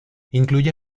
incluye